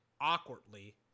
awkwardly